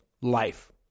Life